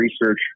research